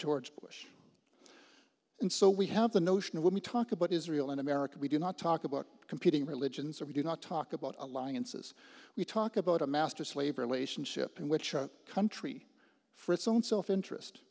george bush and so we have the notion when we talk about israel in america we do not talk about competing religions or we do not talk about alliances we talk about a master slave relationship in which a country for its own self interest